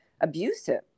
abusive